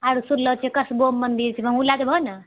आर सुनलो छियै कस्बोमे मन्दिर छै ओहों लए जेबहो नऽ